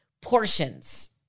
portions